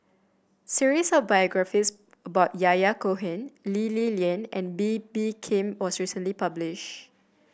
series of biographies about Yahya Cohen Lee Li Lian and Bee Bee Khim was recently publish